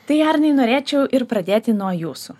tai arnai norėčiau ir pradėti nuo jūsų